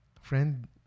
Friend